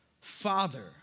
Father